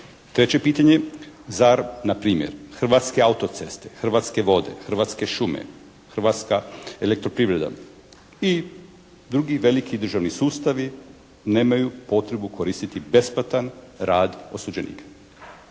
Treće pitanje. Zar npr. Hrvatske autoceste, Hrvatske vode, Hrvatske šume, Hrvatska elektroprivreda i drugi veliki državni sustavi nemaju potrebu koristiti besplatan rad osuđenika?